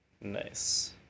Nice